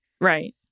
Right